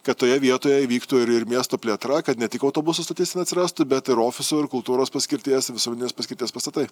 kad toje vietoje įvyktų ir ir miesto plėtra kad ne tik autobusų stotis ten atsirastų bet ir ofisų kultūros paskirties visuomeninės paskirties pastatai